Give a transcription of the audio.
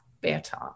better